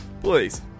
Please